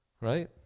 Right